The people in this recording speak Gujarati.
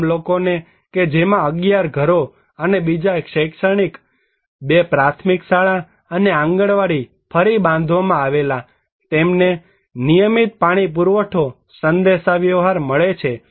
ગામલોકોને કે જેમાં 11 ઘરો અને બીજા શૈક્ષણિક બે પ્રાથમિક શાળા અને આંગણવાડી ફરી બાંધવામાં આવેલા તેમને નિયમિત પાણી પુરવઠો સંદેશા વ્યવહાર મળે છે